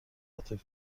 عاطفی